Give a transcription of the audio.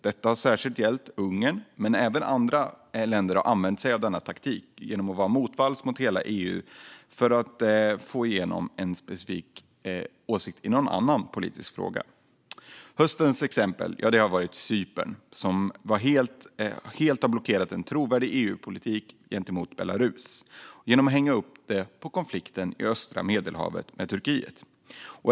Detta har särskilt gällt Ungern, men även andra länder har använt taktiken att vara motvalls mot hela EU för att få igenom en specifik åsikt, ofta i någon annan politisk fråga. Höstens exempel var Cypern, som helt blockerade en trovärdig EU-politik gentemot Belarus genom att hänga upp den på konflikten med Turkiet i östra Medelhavet.